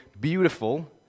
beautiful